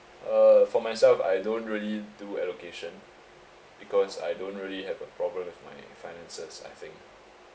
uh for myself I don't really do allocation because I don't really have a problem with my finances I think